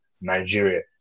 Nigeria